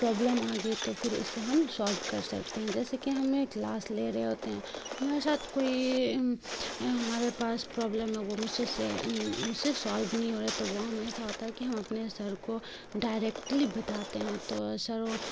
problem آ گئی تو پھر اسے ہم شالو کر سکتے ہیں جیسے کہ ہمیں کلاس لے رہے ہوتے ہیں ہمارے ساتھ کوئی ہمارے پاس پرابلم ہے وہ مجھ سے مجھ سے سالو نہیں ہو رہا تو وہ ہم ایسا ہوتا ہے کہ ہم اپنے سر کو ڈائریکٹلی بتاتے ہیں تو سر